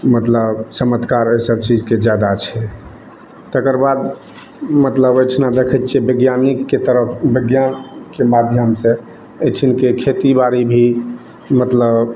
मतलब चमत्कार ओहिसब चीजके जादा छै तेकरबाद मतलब एहिठिना देखै छियै बिज्ञानिकके तरफ बिज्ञानके माध्यमसॅं एहिठिनके खेती बाड़ी भी मतलब